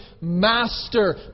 Master